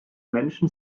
menschen